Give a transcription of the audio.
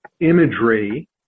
imagery